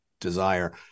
desire